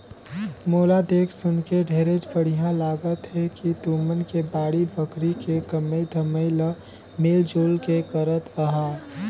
मोला देख सुनके ढेरेच बड़िहा लागत हे कि तुमन के बाड़ी बखरी के कमई धमई ल मिल जुल के करत अहा